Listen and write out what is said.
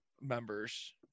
members